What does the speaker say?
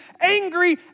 angry